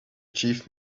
chief